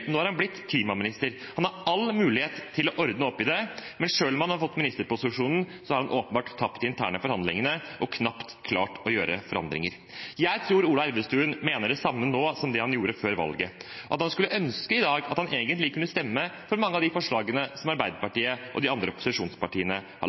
nå har han blitt klimaminister og har all mulighet til å ordne opp i det. Men selv om han har fått ministerposisjonen, har han åpenbart tapt de interne forhandlingene og knapt klart å gjøre forandringer. Jeg tror Ola Elvestuen mener det samme nå som det han gjorde før valget, og at han skulle ønske i dag at han egentlig kunne stemme for mange av de forslagene som